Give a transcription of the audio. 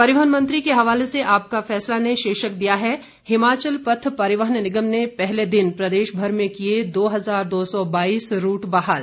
परिवहन मंत्री के हवाले से आपका फैसला ने शीर्षक दिया है हिमाचल पथ परिवहन निगम ने पहले दिन प्रदेश भर में किये दो हजार दो सौ बाईस रूट बहाल